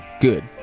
good